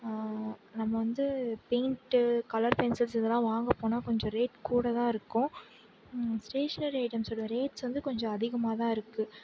நம்ம வந்து paint colour pencils இதெல்லாம் வாங்க போனா கொஞ்சம் ரேட் கூட தான் இருக்கும் ஸ்டேஷ்னரி ஐட்டம்ஸோட ரேட்ஸ் வந்து கொஞ்சம் அதிகமாக தான் இருக்கு